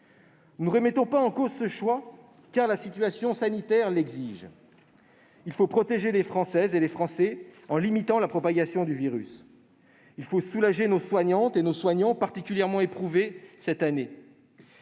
Nous ne remettons pas en cause ce choix, ... Il faudrait savoir !... car la situation sanitaire l'exige. Il faut protéger les Françaises et les Français en limitant la propagation du virus. Il faut soulager nos soignantes et nos soignants, particulièrement éprouvés cette année.